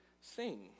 sing